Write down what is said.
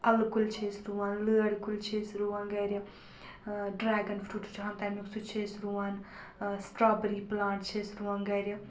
اَلہٕ کُلۍ چھِ أسۍ رُوَان لٲر کُلۍ چھِ أسۍ رُوَان گَرِ ڈرَیٚگَن فروٗٹ چھُ آسان تمیُک سُہ چھِ أسۍ رُوَان سٹرٛابٕرِی پٕلانٛٹ چھِ أسۍ رُوَان گرِ